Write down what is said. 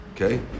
Okay